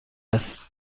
است